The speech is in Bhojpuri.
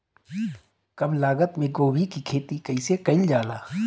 कम लागत मे गोभी की खेती कइसे कइल जाला?